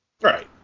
Right